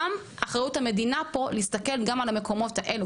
גם אחריות המדינה פה להסתכל גם על המקומות האלו,